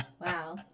Wow